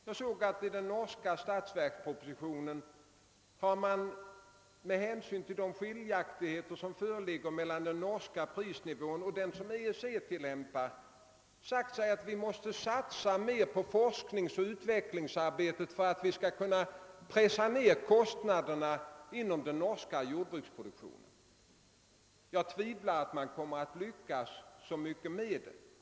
Jag såg att i den norska statsverkspropositionen har man med hänsyn till de skillnader som föreligger mellan den norska prisnivån och den som EEC tilllämpar sagt sig, att det är nödvändigt att satsa mer på forskningsoch utvecklingsarbetet för att kunna pressa ned kostnaderna inom den norska jordbruksproduktionen. Jag betvivlar att man kommer att lyckas med det.